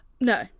No